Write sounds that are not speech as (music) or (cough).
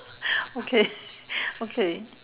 (breath) okay (breath) okay